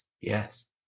yes